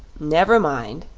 never mind,